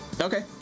Okay